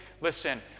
Listen